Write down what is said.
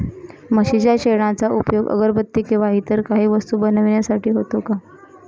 म्हशीच्या शेणाचा उपयोग अगरबत्ती किंवा इतर काही वस्तू बनविण्यासाठी होतो का?